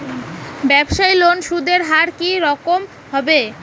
ব্যবসায়ী লোনে সুদের হার কি রকম হবে?